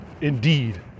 indeed